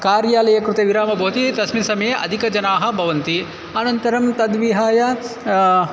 कार्यालये कृते विरामः भवति तस्मिन् समये अधिकजनाः भवन्ति अनन्तरं तद्विहाय